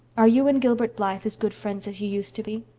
are you and gilbert blythe as good friends as you used to be?